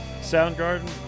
Soundgarden